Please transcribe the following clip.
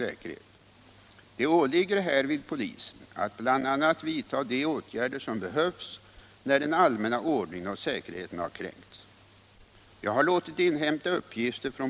Samtliga lokala instanser har motsatt sig beslutet. Och i kommunfullmäktige har vpk röstat mot att skogen huggs ned.